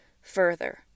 further